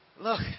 Look